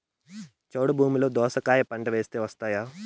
చౌడు భూమిలో దోస కాయ పంట వేస్తే వస్తాయా?